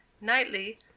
nightly